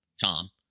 Tom